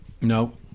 No